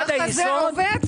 ככה זה עובד?